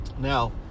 Now